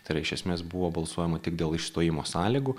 tai yra iš esmės buvo balsuojama tik dėl išstojimo sąlygų